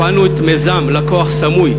הפעלנו את מיזם "לקוח סמוי"